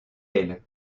elles